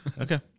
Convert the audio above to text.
Okay